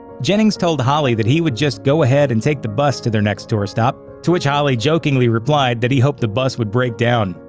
jennings told holly that he would just go ahead and take the bus to their next tour stop, to which holly jokingly replied that he hoped the bus would break down.